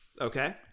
Okay